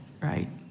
right